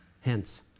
Hence